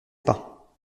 pas